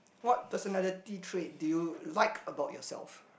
what personality trait do you like about yourself